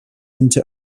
into